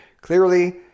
Clearly